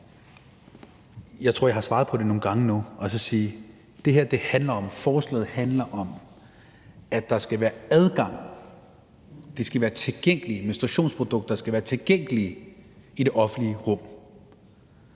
jeg tror, jeg har svaret på det nogle gange nu – at forslaget handler om, at der skal være adgang til menstruationsprodukter; at de skal være tilgængelige i det offentlige rum.